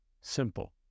Simple